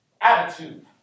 attitude